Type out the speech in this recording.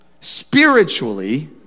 Spiritually